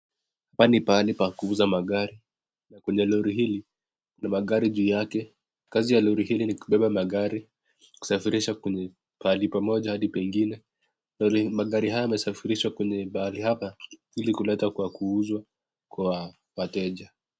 Hapa ni pahali pa kuuza magari na kwenye lori hili ni magari juu yake, kazi ya lori hili ni kubeba magari, kusafirisha kwenye pahali pamoja hadi pengine, magari haya yamesafirishwa kwenye pahali hapa ili kuletwa kwa kuuzwa kwa wateja.